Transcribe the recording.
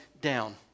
down